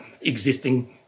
existing